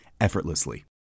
effortlessly